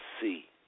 see